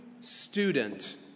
student